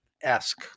esque